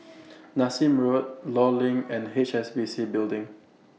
Nassim Road law LINK and H S B C Building